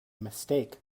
mistake